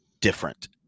different